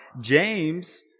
James